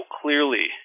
clearly